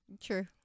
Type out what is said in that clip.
True